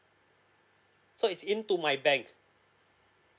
so it's in to my bank